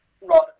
right